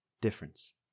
Difference